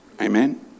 Amen